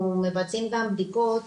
אנחנו מבצעים גם בדיקות